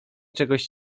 czegoś